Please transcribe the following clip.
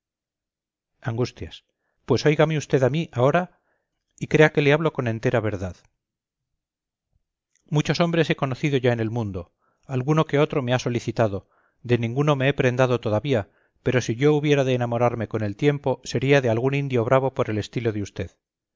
angustias pues óigame usted a mí ahora y crea que le hablo con entera verdad muchos hombres he conocido ya en el mundo alguno que otro me ha solicitado de ninguno me he prendado todavía pero si yo hubiera de enamorarme con el tiempo sería de algún indio bravo por el estilo de usted